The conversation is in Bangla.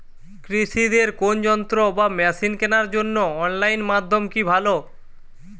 কৃষিদের কোন যন্ত্র বা মেশিন কেনার জন্য অনলাইন মাধ্যম কি ভালো?